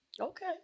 okay